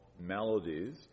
melodies